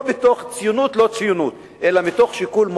לא מתוך ציונות או לא ציונות אלא מתוך שיקול ענייני,